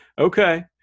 Okay